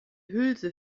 hülse